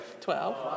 Twelve